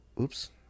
oops